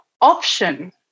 option